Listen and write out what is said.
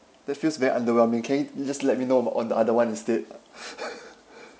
that feels very underwhelming can you just let me know about on the other one instead